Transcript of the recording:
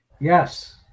Yes